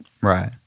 right